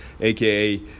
aka